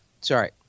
sorry